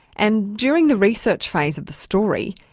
and during the research phase of the story,